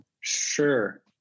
Sure